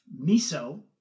miso